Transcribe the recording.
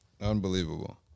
Unbelievable